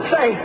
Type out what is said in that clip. Say